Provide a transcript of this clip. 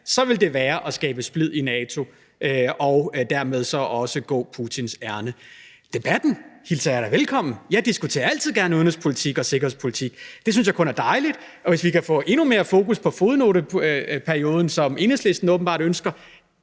så ville det være at skabe splid i NATO og dermed også gå Putins ærinde. Debatten hilser jeg da velkommen. Jeg diskuterer altid gerne udenrigspolitik og sikkerhedspolitik. Det synes jeg kun er dejligt, og hvis vi kan få endnu mere fokus på fodnoteperioden, som Enhedslisten åbenbart ønsker,